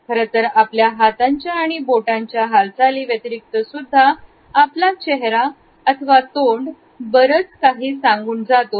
खरंतर आपल्या हाताच्या आणि बोटांच्या हालचाली व्यतिरिक्त सुद्धा आपला चेहरा अथवा तोंड बरच काही सांगून जातो